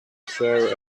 chair